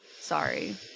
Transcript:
sorry